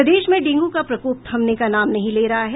प्रदेश में डेंगू का प्रकोप थमने का नाम नहीं ले रहा है